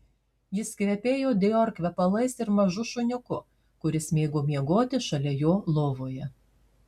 jis kvepėjo dior kvepalais ir mažu šuniuku kuris mėgo miegoti šalia jo lovoje